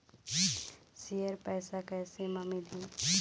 Share पैसा कैसे म मिलही?